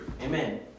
Amen